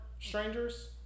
strangers